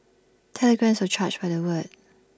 telegrams were charged by the word